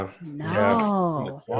No